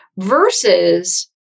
versus